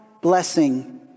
blessing